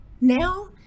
now